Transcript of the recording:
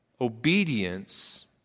obedience